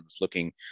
looking